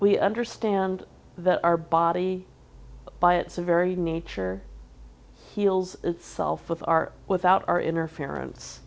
we understand that our body by its very nature heals itself with or without our interference